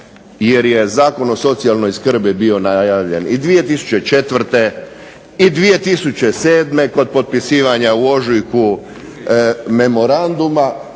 jer je Zakon o socijalnoj skrbi bio najavljen i 2004. i 2007. kod potpisivanja u ožujku memoranduma.